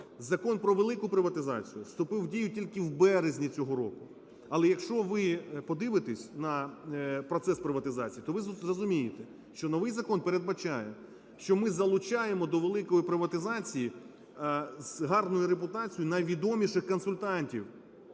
Закон про велику приватизацію вступив в дію тільки в березні цього року. Але якщо ви подивитесь на процес приватизації, то ви зрозумієте, що новий закон передбачає, що ми залучаємо до великої приватизації з гарною репутацію найвідоміших консультантів,